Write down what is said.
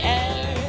air